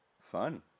Fun